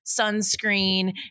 sunscreen